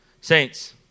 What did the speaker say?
Saints